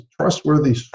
trustworthy